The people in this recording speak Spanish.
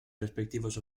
respectivos